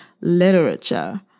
literature